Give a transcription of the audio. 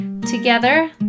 Together